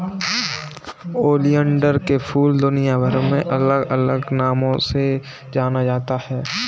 oleander के फूल दुनियाभर में अलग अलग नामों से जाना जाता है